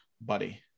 buddy